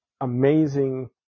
amazing